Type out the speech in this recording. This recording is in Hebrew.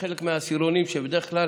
בחלק מהעשירונים שבדרך כלל